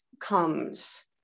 comes